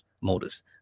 motives